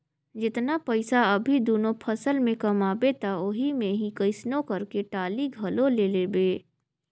जेतना पइसा अभी दूनो फसल में कमाबे त ओही मे ही कइसनो करके टाली घलो ले लेबे